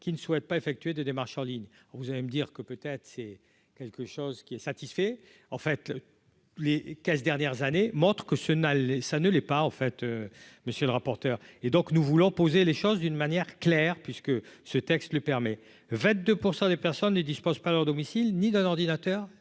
qui ne souhaitent pas effectué de démarches en ligne, vous allez me dire que peut-être c'est quelque chose qui est satisfait, en fait, les 15 dernières années montre que ce n'a les ça ne l'est pas, en fait, monsieur le rapporteur, et donc nous voulons poser les choses d'une manière claire puisque ce texte le permet, 22 pour 100 des personnes ne dispose pas leur domicile ni d'un ordinateur